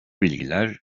bilgiler